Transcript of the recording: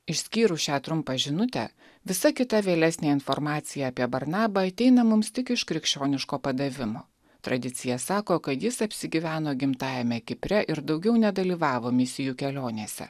išskyrus šią trumpą žinutę visa kita vėlesnė informacija apie barnabą ateina mums tik iš krikščioniško padavimo tradicija sako kad jis apsigyveno gimtajame kipre ir daugiau nedalyvavo misijų kelionėse